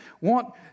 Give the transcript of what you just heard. want